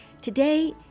today